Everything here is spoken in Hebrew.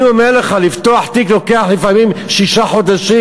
אני אומר לך, לפתוח תיק, לוקח לפעמים שישה חודשים,